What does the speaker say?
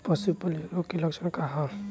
पशु प्लेग रोग के लक्षण का ह?